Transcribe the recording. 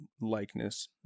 likeness